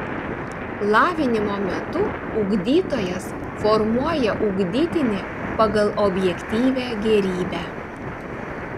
lavinimo metu ugdytojas formuoja ugdytinį pagal objektyvią gėrybę